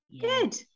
good